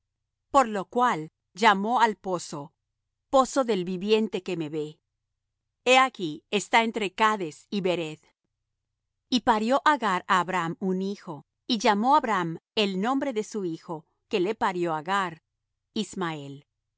por lo cual llamó al pozo pozo del viviente que me ve he aquí está entre cades y bered y parió agar á abram un hijo y llamó abram el nombre de su hijo que le parió agar ismael